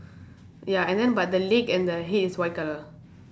ya and then but the leg and the head is white colour